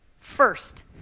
First